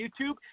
YouTube